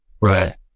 Right